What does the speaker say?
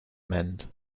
mend